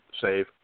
save